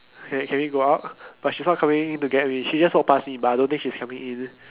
can we go out but she just coming in to get in she just walk past me but I don't think she's coming in